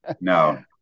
No